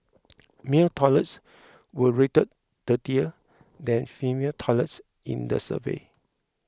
male toilets were rated dirtier than female toilets in the survey